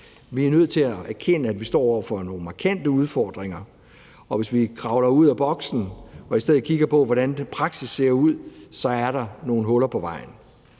Vi er nødt til at erkende, at vi står over for nogle markante udfordringer, og hvis vi kravler ud af boksen og i stedet kigger på, hvordan praksis ser ud, så kan vi se, at der er nogle huller i vejen.